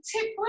tip